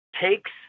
takes